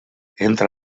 entra